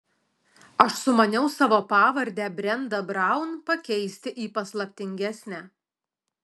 aš sumaniau savo pavardę brenda braun pakeisti į paslaptingesnę